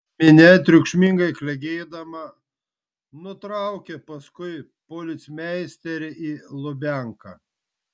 minia triukšmingai klegėdama nutraukė paskui policmeisterį į lubianką